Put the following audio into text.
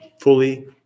fully